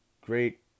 great